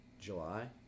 July